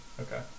Okay